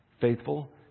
Faithful